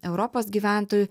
europos gyventojų